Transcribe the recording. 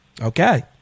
Okay